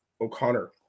O'Connor